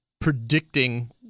predicting